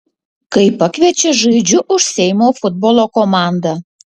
kai pakviečia žaidžiu už seimo futbolo komandą